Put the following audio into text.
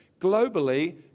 Globally